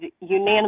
unanimous